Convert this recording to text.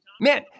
Man